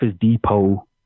depot